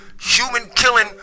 human-killing